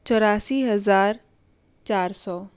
चौरासी हज़ार चार सौ